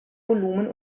volumen